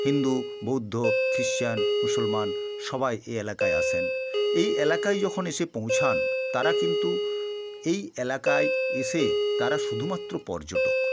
হিন্দু বৌদ্ধ খ্রিশ্চান মুসলমান সবাই এ এলাকায় আসেন এই এলাকায় যখন এসে পৌঁছান তারা কিন্তু এই এলাকায় এসে তারা শুধুমাত্র পর্যটক